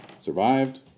Survived